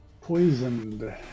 Poisoned